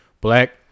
black